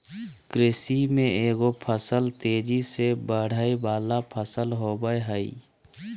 कृषि में एगो फसल तेजी से बढ़य वला फसल होबय हइ